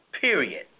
Period